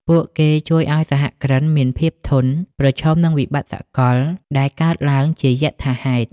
ពួកគេជួយឱ្យសហគ្រិនមាន "ភាពធន់" ប្រឈមនឹងវិបត្តិសកលដែលកើតឡើងជាយថាហេតុ។